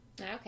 okay